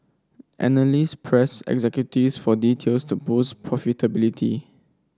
analysts pressed executives for details to boost profitability